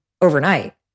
overnight